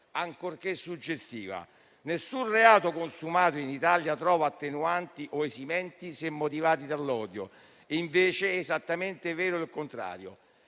ancorché suggestiva: nessun reato consumato in Italia trova attenuanti o esimenti se motivati dall'odio. Invece, è esattamente vero il contrario.